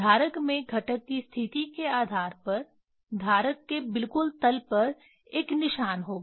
धारक में घटक की स्थिति के आधार पर धारक के बिल्कुल तल पर एक निशान होगा